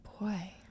boy